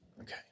Okay